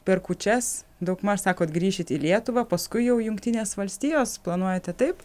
per kūčias daugmaž sakot grįšit į lietuvą paskui jau jungtinės valstijos planuojate taip